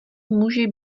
může